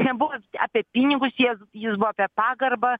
nebuvo apie pinigus jie jis buvo apie pagarbą